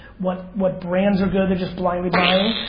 what what brands are good, they're just blindly buying.